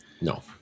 No